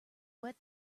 wet